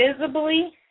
visibly